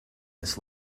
this